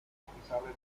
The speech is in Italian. capitale